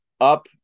up